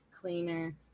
cleaner